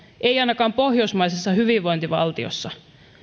ei ainakaan pohjoismaisessa hyvinvointivaltiossa